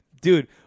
Dude